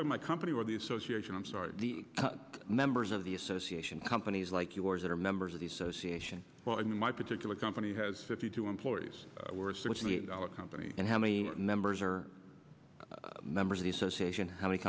to my company or the association i'm sorry members of the association companies like yours that are members of the association well i mean my particular company has fifty two employees were six million dollar company and how many members are members of the association how many